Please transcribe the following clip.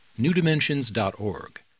newdimensions.org